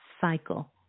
cycle